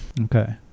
okay